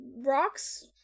rocks